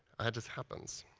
just happens.